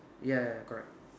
ya correct